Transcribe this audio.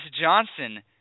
Johnson